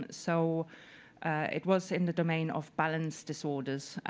and so it was in the domain of balance disorders.